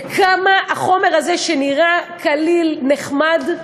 וכמה החומר הזה שנראה קליל, נחמד,